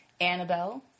annabelle